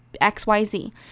xyz